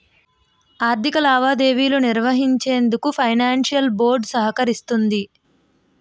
ఆర్థిక లావాదేవీలు నిర్వహించేందుకు ఫైనాన్షియల్ బోర్డ్ సహకరిస్తుంది